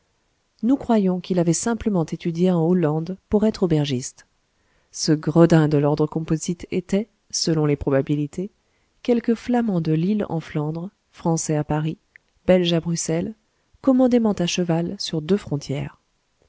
nous croyons qu'il avait simplement étudié en hollande pour être aubergiste ce gredin de l'ordre composite était selon les probabilités quelque flamand de lille en flandre français à paris belge à bruxelles commodément à cheval sur deux frontières